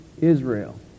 Israel